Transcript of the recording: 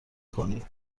کنی